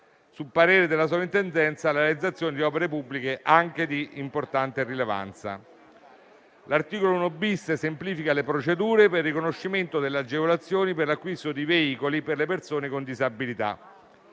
il parere della sovrintendenza blocca la realizzazione di opere pubbliche anche di grande rilevanza. L'articolo 1-*bis* semplifica le procedure per il riconoscimento delle agevolazioni per l'acquisto di veicoli per le persone con disabilità.